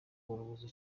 urubozo